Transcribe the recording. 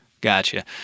Gotcha